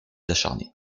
acharnés